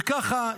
וככה,